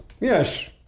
Yes